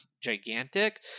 gigantic